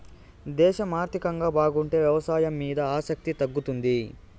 దేశం ఆర్థికంగా బాగుంటే వ్యవసాయం మీద ఆసక్తి తగ్గుతుంది